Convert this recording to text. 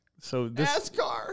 NASCAR